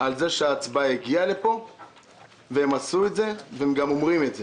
על זה שההצבעה הגיעה לפה והם עשו את זה והם גם אומרים את זה.